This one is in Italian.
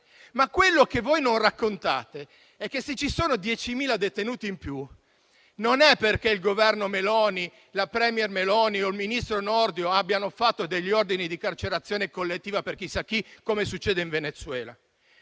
Quello che voi non raccontate è che, se ci sono 10.000 detenuti in più, non è perché il Governo Meloni, la *premier* Meloni o il ministro Nordio abbiano fatto degli ordini di carcerazione collettiva per chissà chi, come succede in Venezuela.